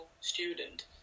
student